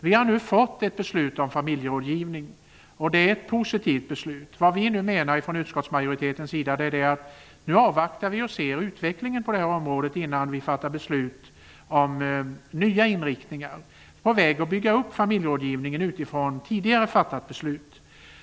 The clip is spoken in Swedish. Vi har nu fått ett beslut om familjerådgivning, och det är ett positivt beslut. Vad vi nu menar från utskottsmajoritetens sida är att vi skall avvakta och se utvecklingen på det här området innan vi fattar beslut om nya inriktningar, på vägen mot att bygga upp familjerådgivningen utfrån tidigare fattat beslut.